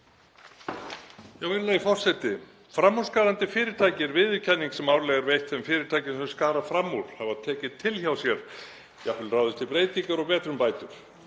Virðulegi forseti. Framúrskarandi fyrirtæki er viðurkenning sem árlega er veitt þeim fyrirtækjum sem skara fram úr, hafa tekið til hjá sér, jafnvel ráðist í breytingar og betrumbætur.